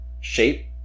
shape